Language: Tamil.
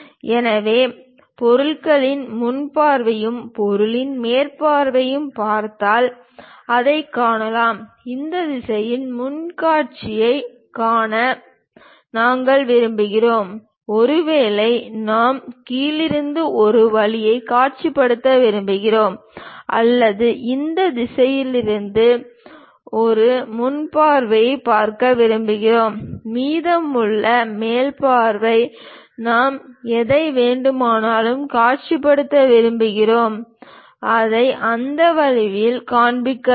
எனவே பொருளின் முன் பார்வையும் பொருளின் மேல் பார்வையும் பார்த்தால் அதைக் காணலாம் இந்த திசையில் முன் காட்சியைக் காண நாங்கள் விரும்புகிறோம் ஒருவேளை நாம் கீழிருந்து ஒரு வழியைக் காட்சிப்படுத்த விரும்புகிறோம் அல்லது இந்த திசையிலிருந்து ஒரு முன் பார்வையாகப் பார்க்க விரும்புகிறோம் மீதமுள்ள மேல் பார்வை நாம் எதை வேண்டுமானாலும் காட்சிப்படுத்த விரும்புகிறோம் அதை அந்த வழியில் காண்பிக்க வேண்டும்